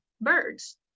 birds